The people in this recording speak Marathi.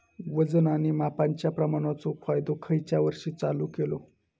वजन आणि मापांच्या प्रमाणाचो कायदो खयच्या वर्षी चालू केलो?